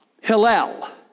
Hillel